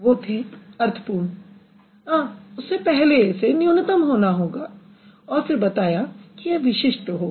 वो थे अर्थपूर्ण उससे पहले इसे न्यूनतम होना होगा फिर बताया कि यह विशिष्ट होगा